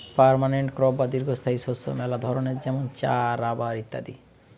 permanent crop বা দীর্ঘস্থায়ী শস্য মেলা ধরণের যেমন চা, রাবার ইত্যাদি